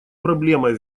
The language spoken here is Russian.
проблемой